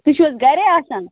تُہۍ چھِو حَظ گرے آسان